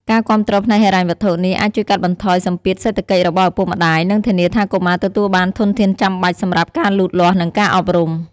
ការគាំទ្រផ្នែកហិរញ្ញវត្ថុនេះអាចជួយកាត់បន្ថយសម្ពាធសេដ្ឋកិច្ចរបស់ឪពុកម្តាយ និងធានាថាកុមារទទួលបានធនធានចាំបាច់សម្រាប់ការលូតលាស់ និងការអប់រំ។